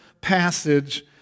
passage